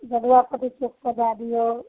जगुआपटी चौकपर दए दियौ